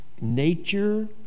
nature